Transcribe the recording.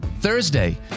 Thursday